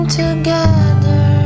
together